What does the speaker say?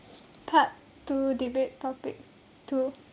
part two debate topic two